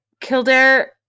Kildare